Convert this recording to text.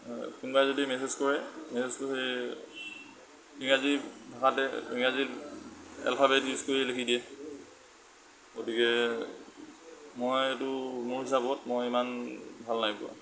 কোনোবাই যদি মেছেজ কৰে মেছেজটো সেই ইংৰাজী ভাষাতে ইংৰাজী এলফাবেট ইউজ কৰি লিখি দিয়ে গতিকে মই এইটো মোৰ হিচাপত মই ইমান ভাল নাই পোৱা